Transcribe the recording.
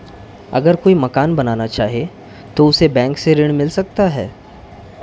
अगर कोई मकान बनाना चाहे तो उसे बैंक से ऋण मिल सकता है?